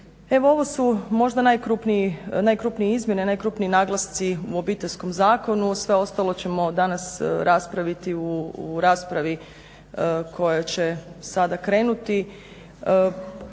Evo ovo su možda najkrupnije izmjene, najkrupniji naglasci u Obiteljskom zakonu, a sve ostalo ćemo danas raspraviti u raspravi koja će sada krenuti.